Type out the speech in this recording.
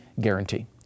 guarantee